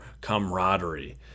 camaraderie